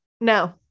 No